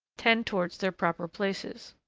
tend towards their proper places.